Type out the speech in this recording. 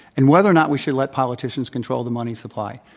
and whether or not we should let politicians control the money supply.